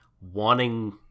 wanting